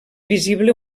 visible